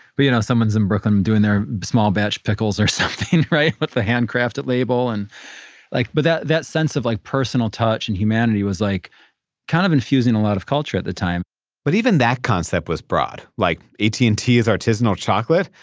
but you know someone's in brooklyn doing their small batch pickles or something, right, with the handcrafted label. and like, but that that sense of like personal touch and humanity was like kind of infusing a lot of culture at the time but even that concept was broad. like, at and t is artisanal chocolate?